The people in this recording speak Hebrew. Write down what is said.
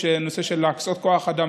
על הקצאת כוח אדם.